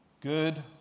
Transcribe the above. Good